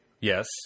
Yes